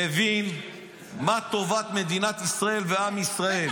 מבין מה טובת מדינת ישראל ועם ישראל.